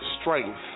strength